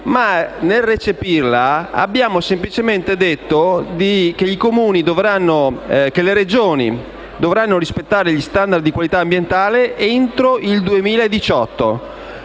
ma, nel recepirla, abbiamo semplicemente detto che le Regioni dovranno rispettare gli *standard* di qualità ambientale entro il 2018.